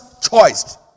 choice